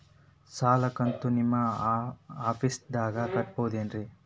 ಸಾಲದ ಕಂತು ನಿಮ್ಮ ಆಫೇಸ್ದಾಗ ಕಟ್ಟಬಹುದೇನ್ರಿ?